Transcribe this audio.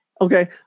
Okay